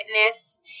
fitness